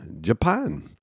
Japan